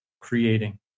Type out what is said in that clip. creating